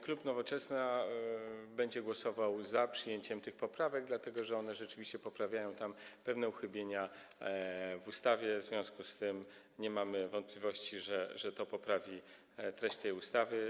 Klub Nowoczesna będzie głosował za przyjęciem tych poprawek, dlatego że one rzeczywiście poprawiają pewne uchybienia w ustawie, w związku z tym nie mamy wątpliwości, że to poprawi treść tej ustawy.